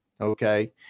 Okay